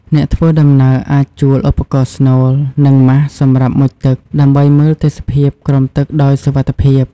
អ្នកធ្វើដំណើរអាចជួលឧបករណ៍ស្នូល និងម៉ាសសម្រាប់មុជទឹក ដើម្បីមើលទេសភាពក្រោមទឹកដោយសុវត្ថិភាព។